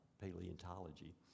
paleontology